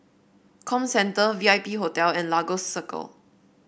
Comcenter V I P Hotel and Lagos Circle